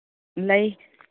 ꯂꯩ